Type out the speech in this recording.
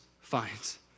finds